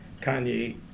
Kanye